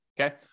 okay